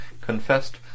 confessed